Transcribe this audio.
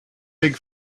big